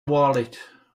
wallet